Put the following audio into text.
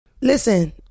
Listen